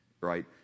Right